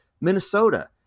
Minnesota